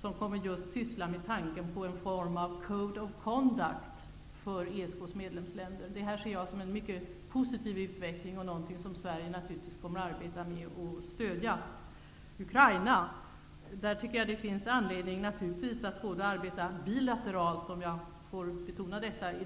som just kommer att syssla med tanken på en form av Code of Conduct för ESK:s medlemsländer. Detta ser jag som en mycket positiv utveckling och någonting som Sverige naturligtvis kommer att arbeta med och stödja. När det gäller Ukraina vill jag i dag betona att det finns anledning att arbeta bilateralt.